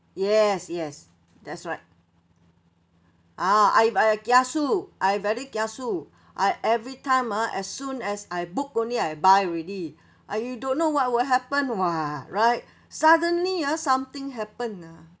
yes yes that's right ah I I kiasu I very kiasu I everytime ah as soon as I book only I buy already uh you don't know what will happen [what] right suddenly ah something happen ah